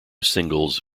singles